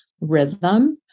rhythm